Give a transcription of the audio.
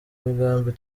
migambi